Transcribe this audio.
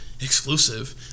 exclusive